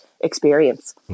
experience